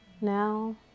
now